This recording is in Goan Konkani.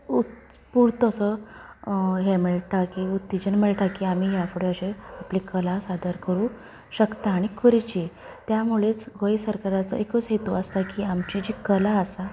उस्फुर्त असो हें मेळटा की उत्तेजन मेळटा की ह्या फुडें अशें आपली कला सादर करूं शकता आनी करची त्या मुळेच गोंय सरकाराचो एकूच हेतू आसता की आमची की कला आसा